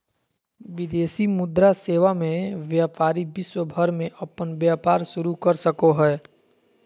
विदेशी मुद्रा सेवा मे व्यपारी विश्व भर मे अपन व्यपार शुरू कर सको हय